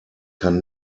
kann